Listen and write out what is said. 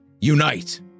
unite